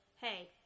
hey